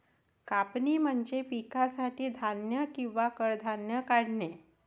कापणी म्हणजे पिकासाठी धान्य किंवा कडधान्ये काढणे